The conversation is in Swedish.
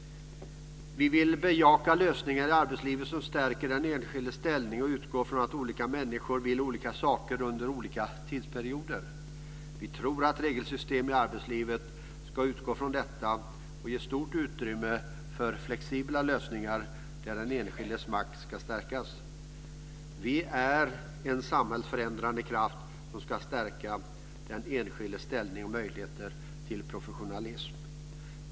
"Vi vill bejaka lösningar i arbetslivet som stärker den enskildes ställning och utgår från att olika människor vill olika saker under olika tidsperioder. Vi tror att regelsystem i arbetslivet ska utgå från detta och ge stort utrymme för flexibla lösningar där den enskildes makt ska stärkas. Vi är en samhällsförändrande kraft som ska stärka den enskildes ställning och möjlighet till professionalism.